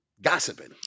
gossiping